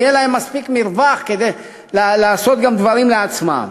יהיה להם מספיק מרווח כדי לעשות גם דברים לעצמם.